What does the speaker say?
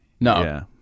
no